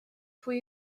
pwy